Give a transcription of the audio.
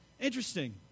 Interesting